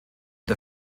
der